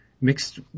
mixed